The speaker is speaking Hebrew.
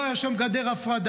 לא הייתה שם גדר הפרדה,